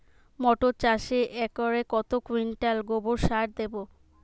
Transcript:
মটর চাষে একরে কত কুইন্টাল গোবরসার দেবো?